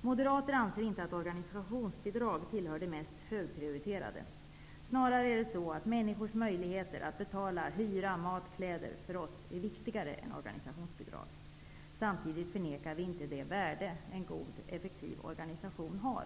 Moderater anser inte att organsiationsbidrag bör vara det högst prioriterade. Snarare är det så att människors möjligheter att betala hyra, mat och kläder för oss är viktigare än organsationsbidrag. Samtidigt förnekar vi inte det värde som en god, effektiv organsation har.